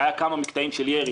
שהיו כמה מקטעים של ירי,